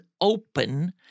open